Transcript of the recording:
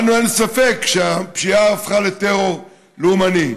לנו אין ספק שהפשיעה הפכה לטרור לאומני.